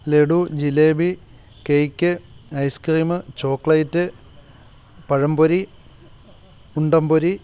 laddu jalebi cake ice cream chocolate pazhampori undampori